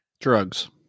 drugs